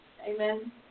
Amen